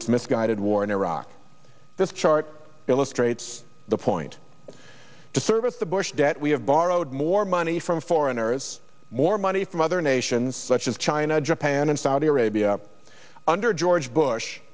its misguided war in iraq this chart illustrates the point to service the bush debt we have borrowed more money from foreigners more money from other nations such as china japan and saudi arabia under george bush